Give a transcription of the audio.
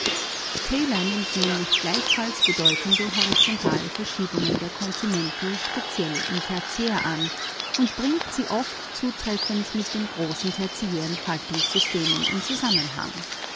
er nimmt speziell im tertiär bedeutende horizontale verschiebungen der kontinente an und bringt sie teilweise mit den großen tertiären faltungssystemen in zusammenhang